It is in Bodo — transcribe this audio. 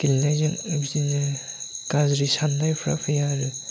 गेलेनायजों लोगोसे गाज्रि साननायफ्रा फैया आरो